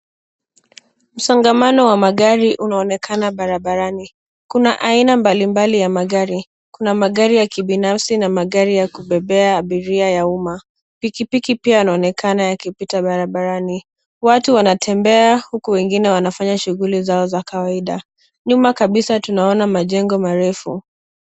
Msongamano wa magari unaonekana barabarani. Kuna aina mbalimbali ya magari, kuna magari ya kibinafsi na magari ya kubebea abiria ya umma. Pikipiki pia yanaonekana yakipita barabarani, watu wanatembea, huku wengine wanafanya shughuli zao za kawaida. Nyuma kabisa tunaona majengo marefu.